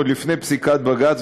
עוד לפני פסיקת בג"ץ,